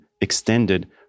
extended